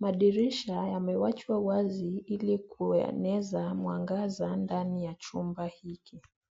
Madirisha yamewachwa wazi ili kueneza mwangaza ndani ya chumba hiki.